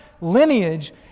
lineage